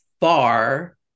far